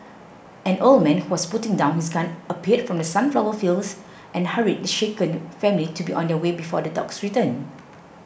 an old man who was putting down his gun appeared from the sunflower fields and hurried the shaken family to be on their way before the dogs return